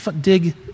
dig